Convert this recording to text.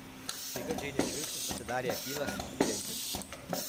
staiga džeinės žvilgsnis pasidarė akylas tiriantis